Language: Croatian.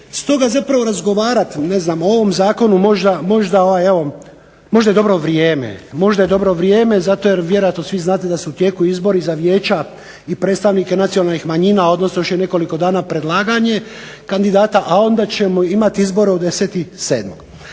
Stoga zapravo razgovarat ne znam o ovom zakonu možda evo, možda je dobro vrijeme zato jer vjerojatno svi znate da su u tijeku izbori za vijeća i predstavnike nacionalnih manjina, odnosno još je nekoliko dana predlaganje kandidata, a onda ćemo imati izbore 10.7.